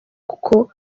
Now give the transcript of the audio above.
kuko